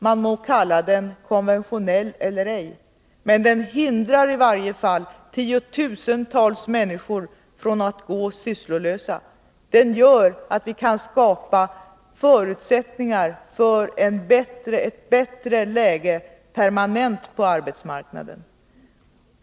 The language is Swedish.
Man må kalla den konventionell eller ej, men den hindrar i varje fall tiotusentals människor från att gå sysslolösa. Den gör att vi kan skapa förutsättningar för ett bättre läge permanent på arbetsmarknaden.